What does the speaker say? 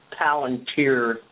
Palantir